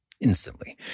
instantly